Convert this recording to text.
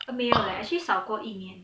oh 没有去扫过一年